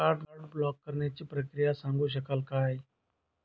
Card block करण्याची प्रक्रिया सांगू शकाल काय?